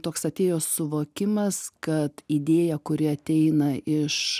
toks atėjo suvokimas kad idėja kuri ateina iš